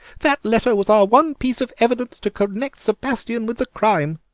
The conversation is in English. that letter was our one piece of evidence to connect sebastien with the crime.